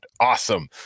Awesome